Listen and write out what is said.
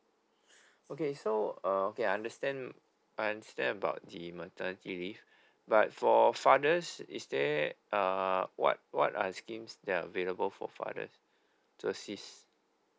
okay so uh okay I understand I understand about the maternity leave but for father's is there uh what what uh schemes that are available for father to assist